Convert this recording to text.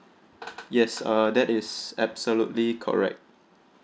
yes uh that is absolutely correct